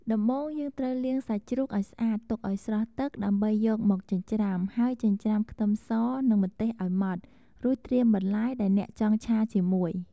ដំបូងយើងត្រូវលាងសាច់ជ្រូកឱ្យស្អាតទុកឱ្យស្រស់ទឹក ដើម្បីយកមកចិញ្ច្រាំ ហើយចិញ្ច្រាំខ្ទឹមស និងម្ទេសឱ្យម៉ដ្ឋ រួចត្រៀមបន្លែដែលអ្នកចង់ឆាជាមួយ។